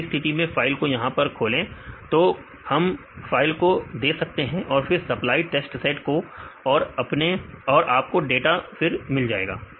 ऐसी स्थिति में फाइल को यहां खोलें तो हम फाइल को दे सकते हैं और फिर सप्लाई टेस्ट सेट को और आपको डाटा मिल जाएगा